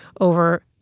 over